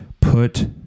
Put